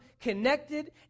connected